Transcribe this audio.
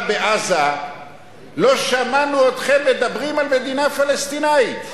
בעזה לא שמענו אתכם מדברים על מדינה פלסטינית?